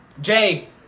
Jay